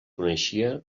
coneixia